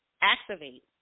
activate